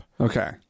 Okay